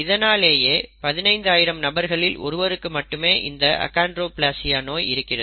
இதனாலேயே 15000 நபர்களில் ஒருவருக்கு மட்டுமே இந்த அகான்டிரோப்லேசியா நோய் இருக்கிறது